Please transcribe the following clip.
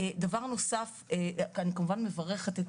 דבר נוסף, אני כמובן מברכת את